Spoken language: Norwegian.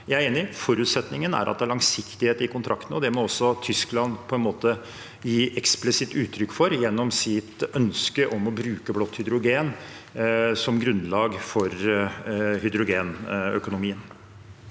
Jeg er enig i at forutsetningen er at det er langsiktighet i kontraktene, og det må også Tyskland gi eksplisitt uttrykk for gjennom sitt ønske om å bruke blått hydrogen som grunnlag for hydrogenøkonomien.